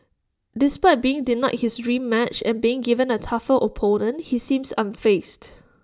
despite being denied his dream match and being given A tougher opponent he seems unfazed